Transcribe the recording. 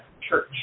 Church